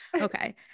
Okay